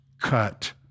cut